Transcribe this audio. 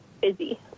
busy